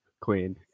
Queen